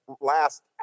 last